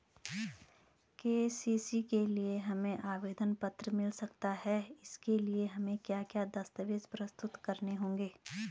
KCC के लिए हमें आवेदन पत्र मिल सकता है इसके लिए हमें क्या क्या दस्तावेज़ प्रस्तुत करने होंगे?